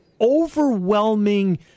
overwhelming